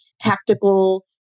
tactical